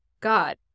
God